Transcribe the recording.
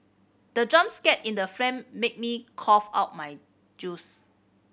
the jump scare in the made me cough out my juice